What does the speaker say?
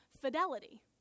fidelity